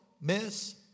miss